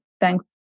Thanks